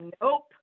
nope